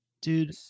Dude